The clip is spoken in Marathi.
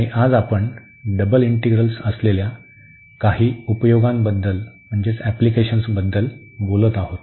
आणि आज आपण डबल इंटीग्रल असलेल्या काही उपयोगांबद्दल बोलत आहोत